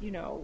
you know